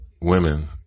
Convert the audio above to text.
women